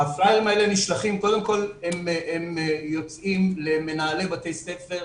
הפלאיירים קודם כול יוצאים למנהלי בתי ספר,